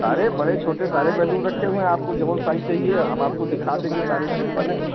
सारे बड़े छोटे सारे बैलून रखे हुए हैं आपको जौन साइज चाहिए हम आपको दिखा देंगे सारे सेंपल हैं